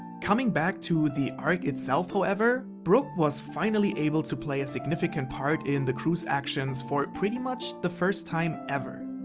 coming back to the arc itself however, brook was finally able to play a significant part in the crew's actions for pretty much the first time ever.